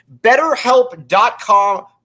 Betterhelp.com